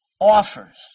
offers